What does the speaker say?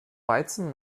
weizen